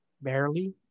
barely